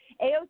aoc